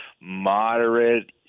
moderate